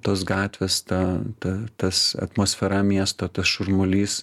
tos gatvės ta ta tas atmosfera miesto tas šurmulys